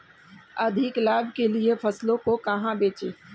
अधिक लाभ के लिए फसलों को कहाँ बेचें?